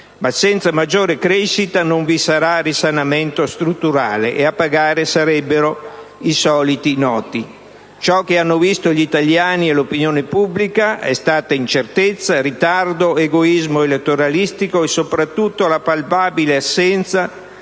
Ma, senza maggiore crescita, non vi sarà risanamento strutturale, e a pagare sarebbero i soliti noti. Ma ciò che hanno visto gli italiani e l'opinione pubblica internazionale sono stati incertezza, ritardo, egoismo elettoralistico e soprattutto la palpabile assenza